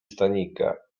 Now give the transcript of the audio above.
stanika